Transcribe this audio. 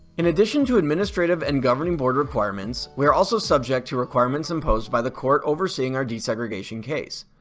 in addition to administrative and governing board requirements, we are also subject to requirements imposed by the court overseeing our desegregation case.